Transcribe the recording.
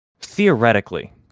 Theoretically